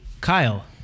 Kyle